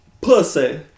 Pussy